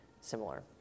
similar